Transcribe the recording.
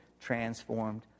transformed